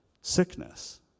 Sickness